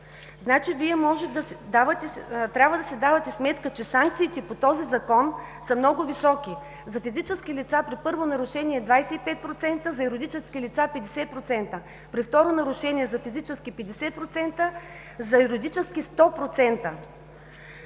лв. Вие трябва да си давате сметка, че санкциите по този Закон са много високи. За физически лица при първо нарушение е 25%, за юридически лица – 50%, при второ нарушение – за физически лица 50%, за юридически 100%.